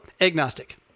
agnostic